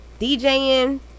DJing